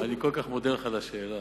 אני כל כך מודה לך על השאלה.